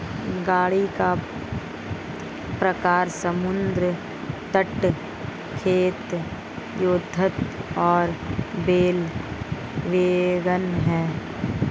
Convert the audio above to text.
गाड़ी का प्रकार समुद्र तट, खेत, युद्ध और बैल वैगन है